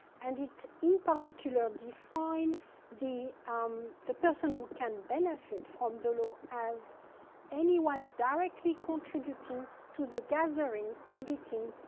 and it in particular defined the um the person who can benefit from the law as anyone directly contributing to the gathering, editing,